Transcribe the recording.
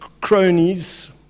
cronies